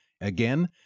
Again